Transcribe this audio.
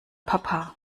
papa